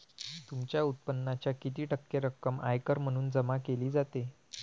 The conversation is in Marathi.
तुमच्या उत्पन्नाच्या किती टक्के रक्कम आयकर म्हणून जमा केली जाते?